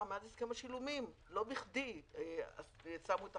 מאז הסכם השילומים ולא בכדי שמו אותה